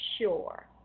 sure